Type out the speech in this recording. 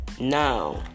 Now